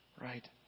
right